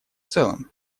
целом